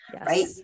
right